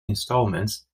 instalments